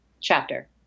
chapter